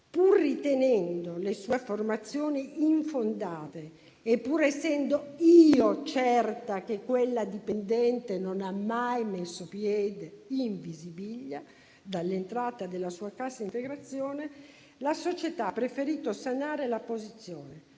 pur ritenendo le sue affermazioni infondate e pur essendo io certa che quella dipendente non ha mai messo piede in Visibilia dalla sua entrata in cassa integrazione, la società ha preferito sanare la posizione,